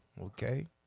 Okay